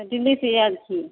दिल्ली से आयल छी